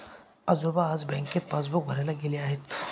आजोबा आज बँकेत पासबुक भरायला गेले आहेत